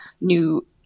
new